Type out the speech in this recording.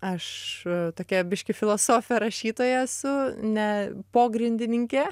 aš tokia biškį filosofė rašytoja esu ne pogrindininkė